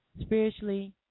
Spiritually